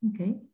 okay